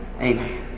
Amen